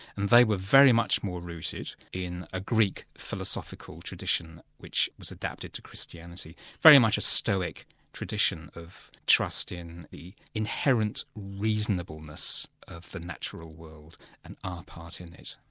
and they were very much more rooted in a greek philosophical tradition, which was adapted to christianity very much a stoic tradition of trust in the inherent reasonableness of the natural world and our part in it.